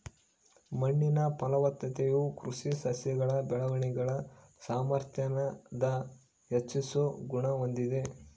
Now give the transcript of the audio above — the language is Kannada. ಮಣ್ಣಿನ ಫಲವತ್ತತೆಯು ಕೃಷಿ ಸಸ್ಯಗಳ ಬೆಳವಣಿಗೆನ ಸಾಮಾರ್ಥ್ಯಾನ ಹೆಚ್ಚಿಸೋ ಗುಣ ಹೊಂದಿದೆ